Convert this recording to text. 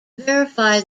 verify